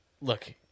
Look